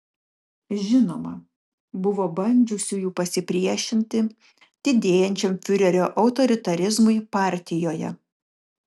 žinoma buvo bandžiusiųjų pasipriešinti didėjančiam fiurerio autoritarizmui partijoje